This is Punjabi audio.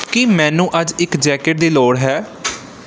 ਕੀ ਮੈਨੂੰ ਅੱਜ ਇੱਕ ਜੈਕਟ ਦੀ ਲੋੜ ਹੈ